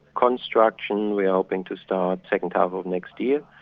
construction we're hoping to start second half of next year,